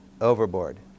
overboard